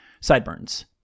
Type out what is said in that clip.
sideburns